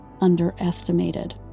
underestimated